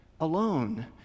alone